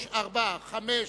3, 4, 5,